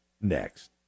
Next